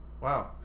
Wow